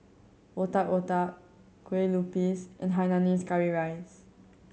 Otak Otak kue lupis and hainanese curry rice